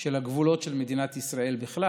של הגבולות של מדינת ישראל בכלל,